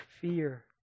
fear